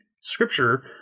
scripture